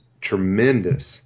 tremendous